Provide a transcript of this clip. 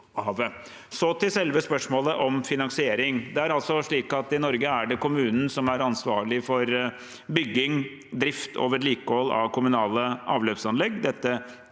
til selve spørsmålet om finansiering. I Norge er det kommunen som er ansvarlig for bygging, drift og vedlikehold av kommunale avløpsanlegg.